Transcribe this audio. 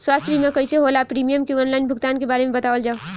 स्वास्थ्य बीमा कइसे होला और प्रीमियम के आनलाइन भुगतान के बारे में बतावल जाव?